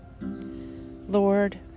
Lord